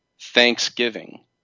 Thanksgiving